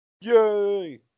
Yay